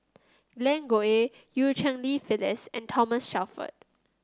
Glen Goei Eu Cheng Li Phyllis and Thomas Shelford